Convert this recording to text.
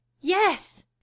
Yes